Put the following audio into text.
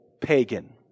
pagan